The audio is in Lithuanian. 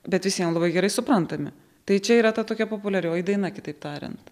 bet visiem labai gerai suprantami tai čia yra ta tokia populiarioji daina kitaip tariant